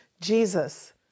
Jesus